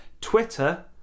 Twitter